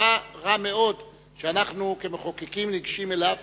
רע מאוד שאנחנו כמחוקקים ניגשים אליו,